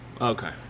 okay